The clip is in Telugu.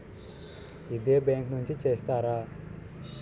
ఇదే బ్యాంక్ నుంచి చేస్తారా?